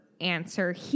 answer